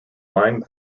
lime